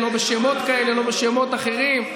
לא בשמות כאלה -- מי אתה ----- לא בשמות אחרים.